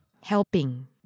helping